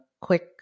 quick